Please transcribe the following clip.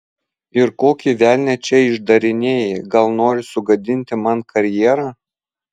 ir kokį velnią čia išdarinėji gal nori sugadinti man karjerą